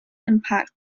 impact